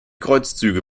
kreuzzüge